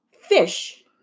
fish